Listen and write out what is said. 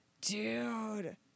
dude